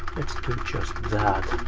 just that.